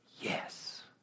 Yes